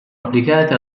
applicate